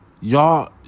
Y'all